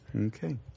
okay